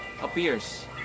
appears